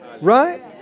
Right